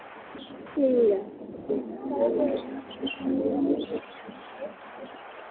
ठीक ऐ